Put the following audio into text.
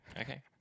Okay